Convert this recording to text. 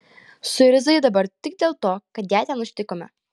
suirzai dabar tik dėl to kad ją ten užtikome